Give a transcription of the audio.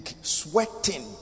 sweating